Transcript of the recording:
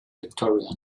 victorian